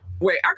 Wait